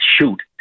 shoot